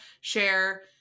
share